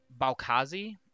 balkazi